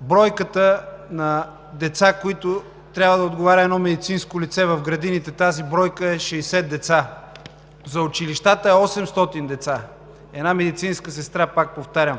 бройката на деца, за които трябва да отговаря едно медицинско лице. В градините тази бройка е 60 деца, за училищата – 800 деца на една медицинска сестра, пак повтарям.